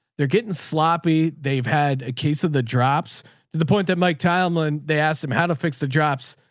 they're getting sloppy. they've had a case of the drops to the point that mike tomlin, they asked him how to fix the drops.